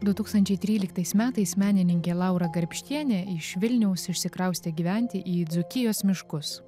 du tūkstančiai tryliktais metais menininkė laura garbštienė iš vilniaus išsikraustė gyventi į dzūkijos miškus